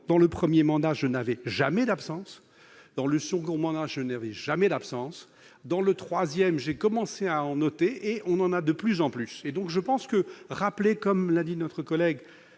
dans le 1er mandat, je n'avais jamais d'absence dans le second mandat, je n'avais jamais d'absence dans le 3ème, j'ai commencé à noter et on en a de plus en plus et donc je pense que rappeler, comme l'a dit notre collègue